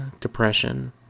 depression